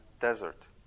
desert